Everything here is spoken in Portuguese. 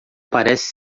parece